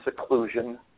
seclusion